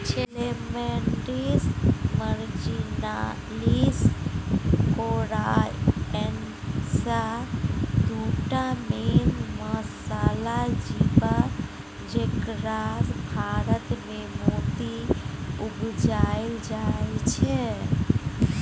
Lamellidens मार्जिनलीस आ कोराइएनस दु टा मेन मसल जीब जकरासँ भारतमे मोती उपजाएल जाइ छै